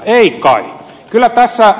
ei kai